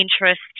interest